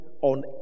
on